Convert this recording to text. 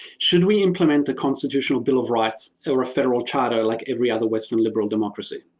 should we implement the constitutional bill of rights, or a federal charter like every other western liberal democracy.